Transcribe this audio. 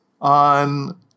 on